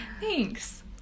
Thanks